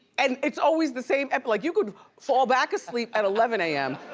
and it's always the same ep. like you could fall back asleep at eleven a m,